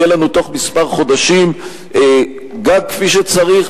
יהיה לנו בתוך כמה חודשים גג כפי שצריך,